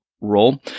role